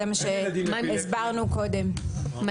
זה מה שהסברנו קודם.